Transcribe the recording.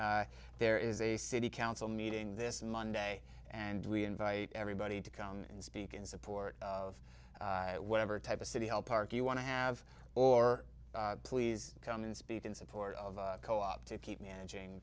protect there is a city council meeting this monday and we invite everybody to come and speak in support of whatever type of city hall park you want to have or please come and speak in support of the co op to keep managing